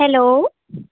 hello